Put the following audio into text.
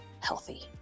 healthy